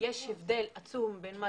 יש הבדל עצום בין מה